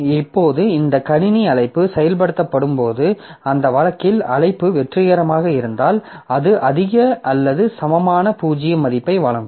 இப்போது இந்த கணினி அழைப்பு செயல்படுத்தப்படும் போது அந்த வழக்கில் அழைப்பு வெற்றிகரமாக இருந்தால் அது அதிக அல்லது சமமான 0 மதிப்பை வழங்கும்